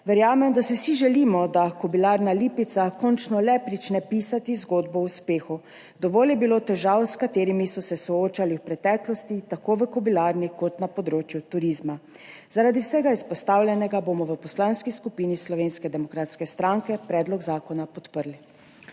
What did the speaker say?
Verjamem, da si vsi želimo, da Kobilarna Lipica končno le začne pisati zgodbo o uspehu. Dovolj je bilo težav, s katerimi so se soočali v preteklosti, tako v Kobilarni kot na področju turizma. Zaradi vsega izpostavljenega bomo v Poslanski skupini Slovenske demokratske stranke predlog zakona podprli.